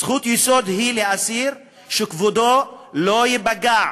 זכות יסוד היא לאסיר שכבודו לא ייפגע,